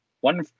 One